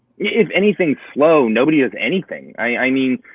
if anything's slow, nobody does anything. i mean,